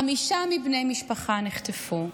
חמישה מבני המשפחה נחטפו.